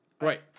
right